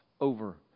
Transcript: over